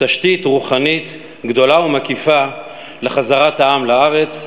תשתית רוחנית גדולה ומקיפה לחזרת העם לארץ,